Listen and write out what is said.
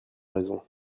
raison